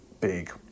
big